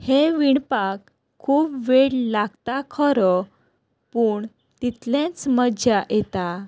हे विणपाक खूब वेळ लागता खरो पूण तितलेंच मजा येता